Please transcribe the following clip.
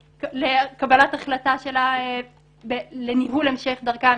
לקבלת החלטה לניהול המשך דרכה המשפטית,